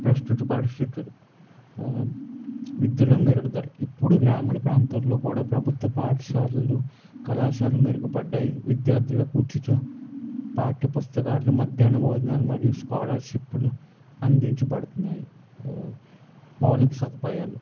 ప్రస్తుత పరిస్థితులు విద్యలో మెరుగుదల ఇప్పుడు గ్రామీణ ప్రాంతాల్లో కూడా ప్రభుత్వ పాఠశాలలు కళాశాలలు మెరుగుపడ్డాయి విద్యార్ధులకు ఉచిత పాఠ్యపుస్తకాలు మధ్యాన భోజనాలు మరియు స్కాలర్షిప్లు అందించబడుతున్నాయి మౌళిక సదుపాయాలు